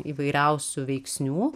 įvairiausių veiksnių